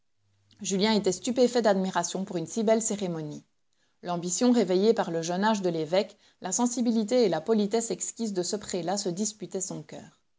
julien était stupéfait d'admiration pour une si belle cérémonie l'ambition réveillée par le jeune âge de l'évêque la sensibilité et la politesse exquise de ce prélat se disputaient son coeur